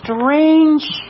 strange